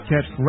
Catch